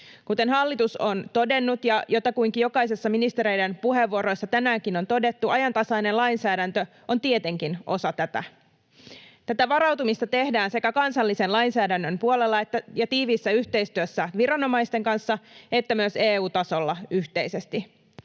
Kuten hallitus on todennut ja jotakuinkin jokaisessa ministereiden puheenvuoroissa tänäänkin on todettu, ajantasainen lainsäädäntö on tietenkin osa tätä. Tätä varautumista tehdään sekä kansallisen lainsäädännön puolella ja tiiviissä yhteistyössä viranomaisten kanssa että myös EU-tasolla yhteisesti.